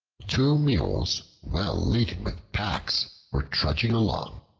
two mules well-laden with packs were trudging along.